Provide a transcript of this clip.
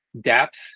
depth